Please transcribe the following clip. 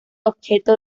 objeto